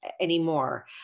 anymore